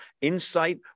insight